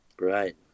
Right